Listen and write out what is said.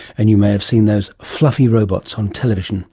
and you may have seen those fluffy robots on television